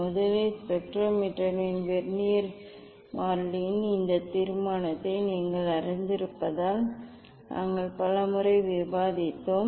முதலில் ஸ்பெக்ட்ரோமீட்டரின் வெர்னியர் மாறிலியின் இந்த தீர்மானத்தை நீங்கள் அறிந்திருப்பதால் நாங்கள் பலமுறை விவாதித்தோம்